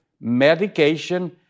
medication